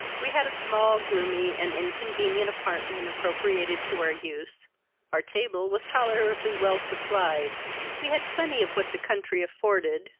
we had a small, gloomy, and inconvenient apartment appropriated to our use our table was tolerably well supplied we had plenty of what the country afforded,